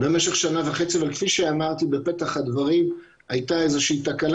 כפי שאמרתי בפתח הדברים הייתה איזושהי תקלה